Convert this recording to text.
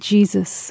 Jesus